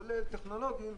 כולל טכנולוגיים,